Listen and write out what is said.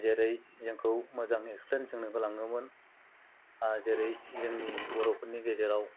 जेरै जोंखौ मोजां एक्सप्लेन जोंनो होलाङोमोन जेरै जोंनि बर'फोरनि गेजेराव